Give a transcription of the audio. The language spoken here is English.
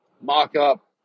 mock-up